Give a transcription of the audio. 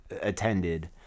attended